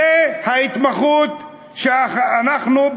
זו ההתמחות שאנחנו,